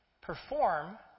perform